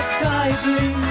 tightly